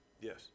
Yes